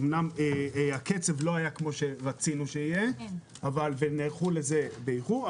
אמנם הקצב לא היה כמו שרצינו שיהיה ונערכו לזה באיחור,